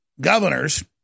governors